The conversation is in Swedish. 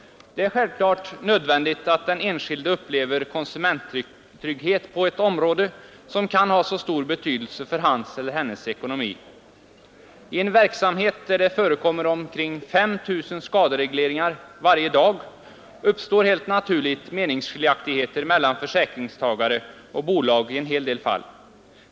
Det är självklart nödvändigt att den enskilde upplever konsumenttrygghet på ett område som kan ha så stor betydelse för hans eller hennes ekonomi. I en verksamhet där det förekommer omkring 5 000 skaderegleringar varje dag uppstår helt naturligt meningsskiljaktigheter mellan fi ingstagare och bolag i en hel del fall.